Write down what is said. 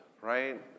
Right